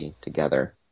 together